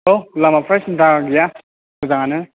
औ लामाफ्रा सिन्था गैया मोजाङानो